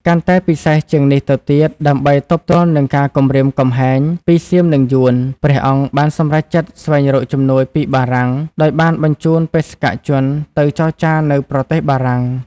កាន់តែពិសេសជាងនេះទៅទៀត ដើម្បីទប់ទល់នឹងការគំរាមកំហែងពីសៀមនិងយួន ព្រះអង្គបានសម្រេចចិត្តស្វែងរកជំនួយពីបារាំងដោយបានបញ្ជូនបេសកជនទៅចរចានៅប្រទេសបារាំង។